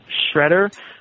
Shredder